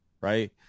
right